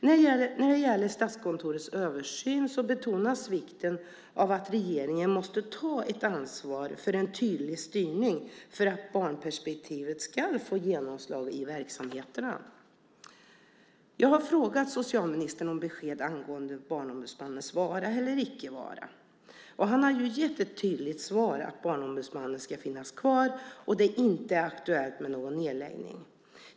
När det gäller Statskontorets översyn betonas vikten av att regeringen tar ett ansvar för en tydlig styrning för att barnperspektivet ska få genomslag i verksamheterna. Jag har bett socialministern om besked angående Barnombudsmannens vara eller icke vara. Han har gett ett tydligt svar, att Barnombudsmannen ska finnas kvar och att det inte är aktuellt med någon nedläggning.